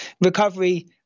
recovery